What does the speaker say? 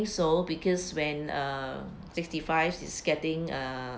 so because when err sixty five is getting uh